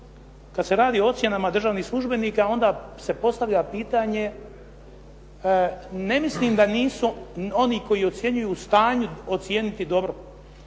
kad se radi o ocjenama državnih službenika, onda se postavlja pitanje, ne mislim da nisu oni koji ocjenjuju u stanju ocijeniti dobro,